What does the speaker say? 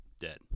dead